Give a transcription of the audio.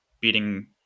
beating